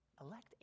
elect